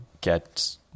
get